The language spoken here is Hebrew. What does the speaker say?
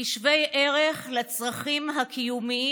כשוות ערך לצרכים הקיומיים